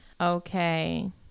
Okay